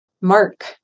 Mark